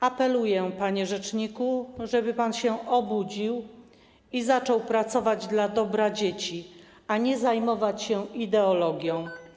Apeluję, panie rzeczniku, żeby pan się obudził i zaczął pracować dla dobra dzieci, a nie zajmował się ideologią.